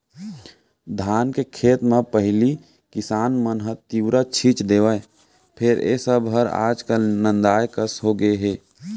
धान के खेत म पहिली किसान मन ह तिंवरा छींच देवय फेर ए सब हर आज काल नंदाए कस होगे हे